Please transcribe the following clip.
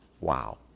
Wow